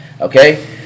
Okay